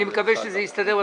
אני מקווה שזה יסתדר.